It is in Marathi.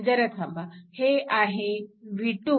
जरा थांबा हे आहे v2